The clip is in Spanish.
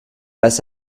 las